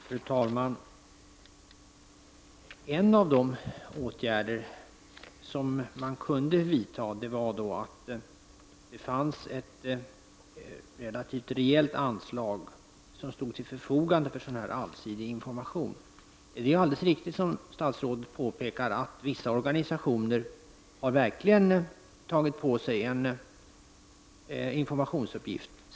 Fru talman! En av de åtgärder som man kunde ha vidtagit var att ta i anspråk det relativt rejäla anslag som stod till förfogande för allsidig information. Det är alldeles riktigt som statsrådet påpekar att vissa organisationer verkligen har tagit på sig uppgiften att informera.